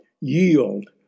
yield